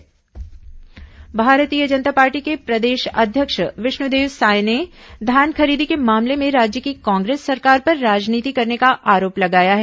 भाजपा बयान भारतीय जनता पार्टी के प्रदेश अध्यक्ष विष्णुदेव साय ने धान खरीदी के मामले में राज्य की कांग्रेस सरकार पर राजनीति करने का आरोप लगाया है